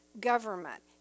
government